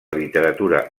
literatura